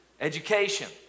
education